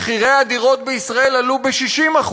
מחירי הדירות בישראל עלו ב-60%,